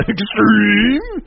Extreme